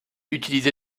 utilisé